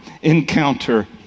Encounter